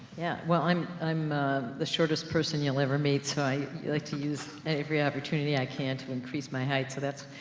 yeah, well, i'm, i'm the shortest person you'll ever meet, so i like to use every opportunity i can to increase my height. so, that's,